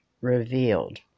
revealed